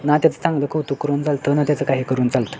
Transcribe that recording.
ना त्याचं चांगलं कौतुक करून चालतं ना त्याचं काही करून चालतं